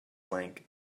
link